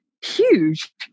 huge